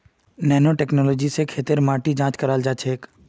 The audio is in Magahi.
नैनो टेक्नोलॉजी स खेतेर माटी जांच कराल जाछेक